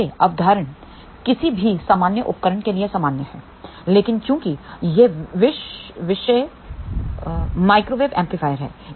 अब यह अवधारणा किसी भी सामान्य उपकरण के लिए सामान्य है लेकिन चूंकि यह विषय माइक्रोवेव एम्पलीफायर है